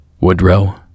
Woodrow